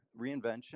reinvention